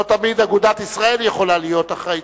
לא תמיד אגודת ישראל יכולה להיות אחראית